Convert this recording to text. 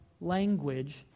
language